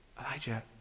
Elijah